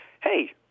hey